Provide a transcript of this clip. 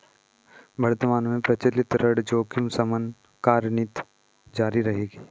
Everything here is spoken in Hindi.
वर्तमान में प्रचलित ऋण जोखिम शमन कार्यनीति जारी रहेगी